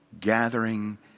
gathering